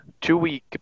two-week